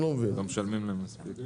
אם צריך לתת למישהו כסף, שיתנו,